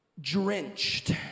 drenched